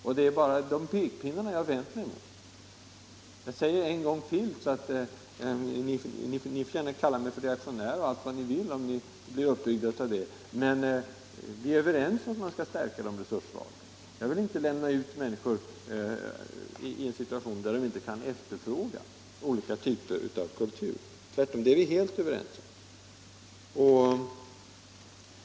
Och det är pekpinnarna jag vänt mig mot. Jag säger det en gång till. Ni får gärna kalla mig för reaktionär och allt vad ni vill om ni blir uppbyggda av det, men vi är överens om att man skall stärka de resurssvaga. Jag vill inte sätta människor i en situation där de inte kan efterfråga olika typer av kultur. Tvärtom, där är vi helt ense.